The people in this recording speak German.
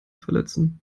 verletzen